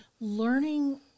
learning